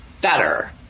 better